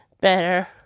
better